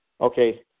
okay